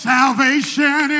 Salvation